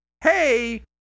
Hey